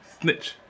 Snitch